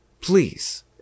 Please